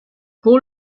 pour